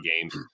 games